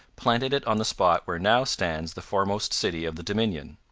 planted it on the spot where now stands the foremost city of the dominion.